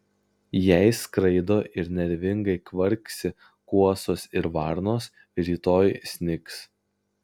jei skraido ir nervingai kvarksi kuosos ir varnos rytoj snigs